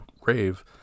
grave